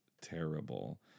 terrible